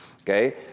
Okay